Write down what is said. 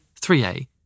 3A